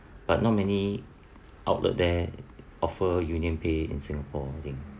but not many outlet there offer UnionPay in singapore I think